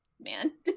man